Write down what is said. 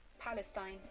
Palestine